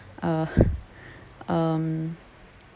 uh um